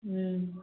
ம்